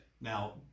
Now